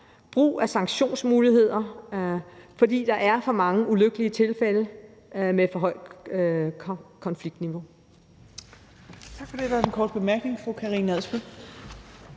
brug af sanktionsmuligheder, for der er for mange ulykkelige tilfælde og tilfælde med et højt konfliktniveau.